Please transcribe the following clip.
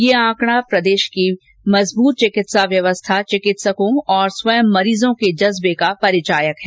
यह आंकड़ा प्रदेश की मजबूत चिकित्सा व्यवस्था चिकित्सकों और स्वयं मरीजों के जज्बे का परिचायक है